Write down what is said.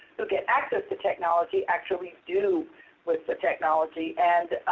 who get access to technology, actually do with the technology. and